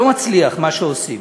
לא מצליח מה שעושים.